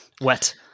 wet